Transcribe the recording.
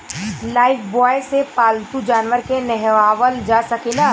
Lifebuoy से पाल्तू जानवर के नेहावल जा सकेला